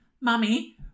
Mummy